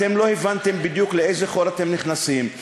אתם לא הבנתם בדיוק לאיזה חור אתם נכנסים.